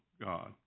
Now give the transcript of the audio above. God